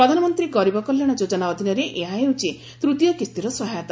ପ୍ରଧାନମନ୍ତ୍ରୀ ଗରିବ କଲ୍ୟାଣ ଯୋଜନା ଅଧୀନରେ ଏହା ହେଉଛି ତୂତୀୟ କିସ୍ତିର ସହାୟତା